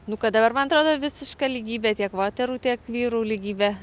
nu kad dabar man atrodo visiška lygybė tiek moterų tiek vyrų lygybė